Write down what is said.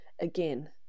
Again